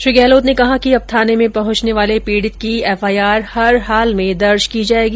श्री गहलोत ने कहा कि अब थाने में पहुंचने वाले पीडि़त की एफआईआर हर हाल में दर्ज की जायेगी